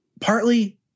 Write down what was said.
partly